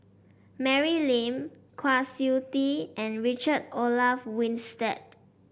Mary Lim Kwa Siew Tee and Richard Olaf Winstedt